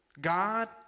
God